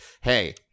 Hey